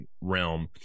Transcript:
realm